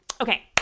Okay